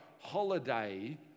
holiday